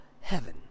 Heaven